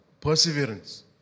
perseverance